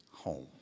home